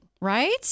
right